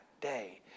day